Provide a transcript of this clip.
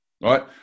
right